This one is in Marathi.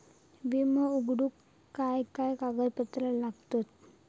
विमो उघडूक काय काय कागदपत्र लागतत?